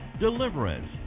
Deliverance